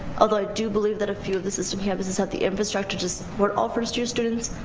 although i do believe that a few of the system campuses have the infrastructure to support all first year students,